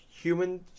human